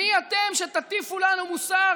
מי אתם שתטיפו לנו מוסר?